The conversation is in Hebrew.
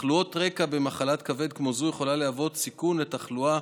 תחלואות רקע במחלת כבד כמו זו יכולות להוות סיכון לתחלואה